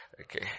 okay